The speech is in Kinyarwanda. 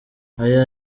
iya